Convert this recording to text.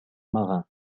marin